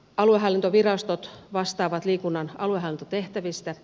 aluehallintovirastot vastaavat liikunnan aluehallintotehtävistä